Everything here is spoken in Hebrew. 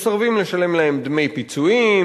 מסרבים לשלם להם דמי פיצויים,